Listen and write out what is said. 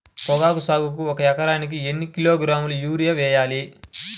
పొగాకు సాగుకు ఒక ఎకరానికి ఎన్ని కిలోగ్రాముల యూరియా వేయాలి?